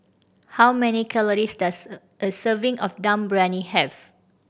how many calories does a serving of Dum Briyani have